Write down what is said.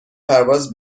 پرواز